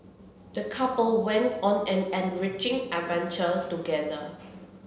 the couple went on an enriching adventure together